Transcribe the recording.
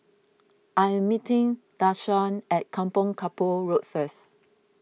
I am meeting Deshawn at Kampong Kapor Road first